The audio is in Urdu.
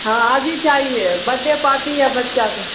ہاں آج ہی چاہیے بڈ ڈے پارٹی ہے بچہ کو